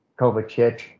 Kovacic